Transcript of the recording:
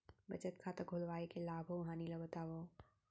बचत खाता खोलवाय के लाभ अऊ हानि ला बतावव?